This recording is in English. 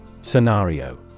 Scenario